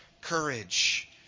courage